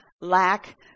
lack